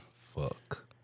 fuck